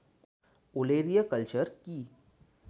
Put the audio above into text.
ওলেরিয়া কালচার কি?